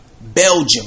Belgium